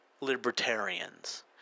libertarians